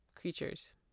creatures